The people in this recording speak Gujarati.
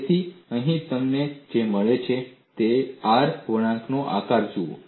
તેથી તમને અહીં જે મળે છે તે છે R વળાંકનો આકાર જુઓ